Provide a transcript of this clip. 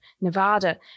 Nevada